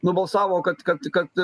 nubalsavo kad kad kad